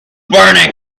burning